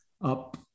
up